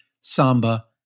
samba